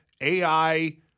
AI